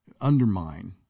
undermine